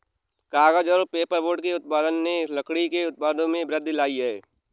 कागज़ और पेपरबोर्ड के उत्पादन ने लकड़ी के उत्पादों में वृद्धि लायी है